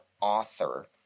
author